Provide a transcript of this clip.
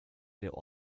der